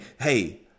hey